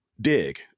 Dig